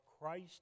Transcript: Christ